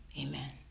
amen